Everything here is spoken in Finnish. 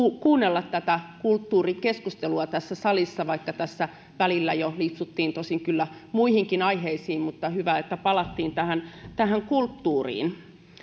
kuunnella tätä kulttuurikeskustelua tässä salissa vaikka tässä välillä jo lipsuttiin tosin kyllä muihinkin aiheisiin mutta hyvä että palattiin tähän tähän kulttuuriin